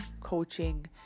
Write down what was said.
coaching